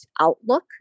outlook